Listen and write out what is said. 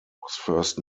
first